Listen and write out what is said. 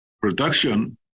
production